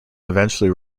eventually